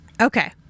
Okay